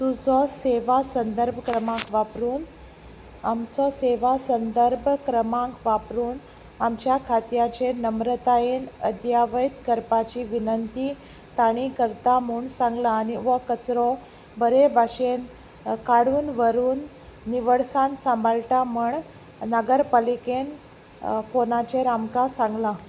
तुजो सेवा संदर्भ क्रमांक वापरून आमचो सेवा संदर्ब क्रमांक वापरून आमच्या खात्याचेर नम्रतायेन अद्यावयत करपाची विनंती ताणी करता म्हूण सांगलां आनी हो कचरो बरे भाशेन काडून व्हरून निवळसान सांबाळटा म्हण नागरपालिकेन फोनाचेर आमकां सांगला